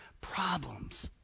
Problems